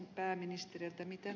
arvoisa puhemies